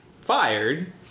fired